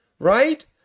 right